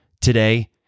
Today